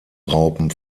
raupen